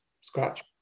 scratch